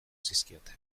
zizkioten